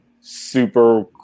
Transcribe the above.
super